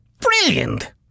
Brilliant